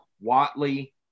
Watley